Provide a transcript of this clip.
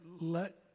let